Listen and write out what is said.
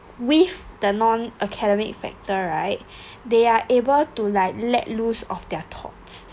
with the non academic factor right they are able to like let loose of their thoughts